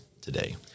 today